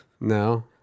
No